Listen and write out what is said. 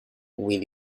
will